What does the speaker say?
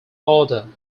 order